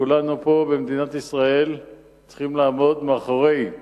כולנו פה במדינת ישראל צריכים לעמוד מאחוריהם